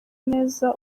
neza